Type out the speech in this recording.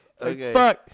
Okay